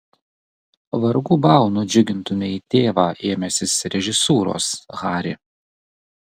vargu bau nudžiugintumei tėvą ėmęsis režisūros hari